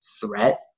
threat